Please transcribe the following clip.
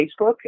Facebook